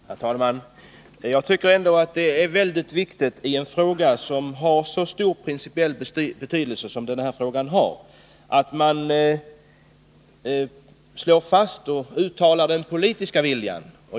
Herr talman! Jag tycker ändå att.det är väldigt viktigt i en fråga som har så stor principiell betydelse som den här frågan har att man slår fast och uttalar den politiska viljan.